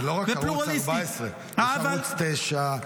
זה לא רק ערוץ 14. יש ערוץ 9,